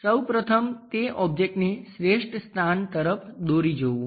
સૌ પ્રથમ તે ઓબ્જેક્ટને શ્રેષ્ઠ સ્થાન તરફ દોરી જવું